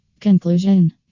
Conclusion